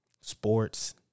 sports